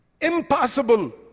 Impossible